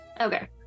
Okay